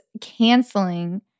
canceling